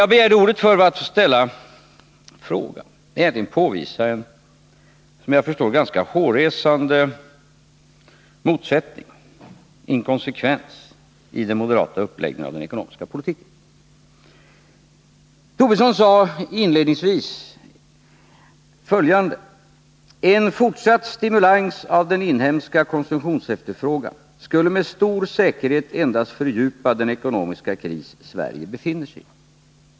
Jag begärde ordet för att påvisa en såvitt jag förstår ganska hårresande inkonsekvens i den moderata uppläggningen av den ekonomiska politiken. Lars Tobisson sade inledningsvis följande: En fortsatt stimulans av den inhemska konsumtionsefterfrågan skulle med stor säkerhet endast fördjupa den ekonomiska kris Sverige befinner sigi.